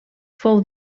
fou